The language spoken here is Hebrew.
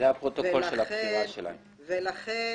ולכן